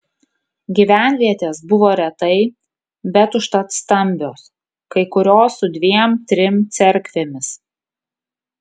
gyvenvietės buvo retai bet užtat stambios kai kurios su dviem trim cerkvėmis